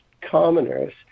commoners